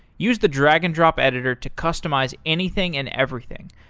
use the drag and drop editor to customize anything and everything.